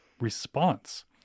response